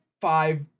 five